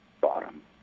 bottom